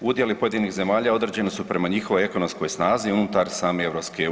Udjeli pojedinih zemalja određeni su prema njihovoj ekonomskoj snazi unutar same EU.